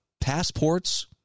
passports